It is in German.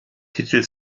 titel